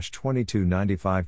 2295